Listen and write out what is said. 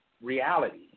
reality